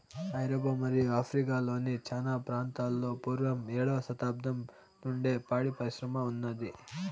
ఐరోపా మరియు ఆఫ్రికా లోని చానా ప్రాంతాలలో పూర్వం ఏడవ శతాబ్దం నుండే పాడి పరిశ్రమ ఉన్నాది